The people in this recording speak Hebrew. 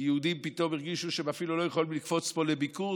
כי יהודים פתאום הרגישו שהם אפילו לא יכולים לקפוץ לפה לביקור.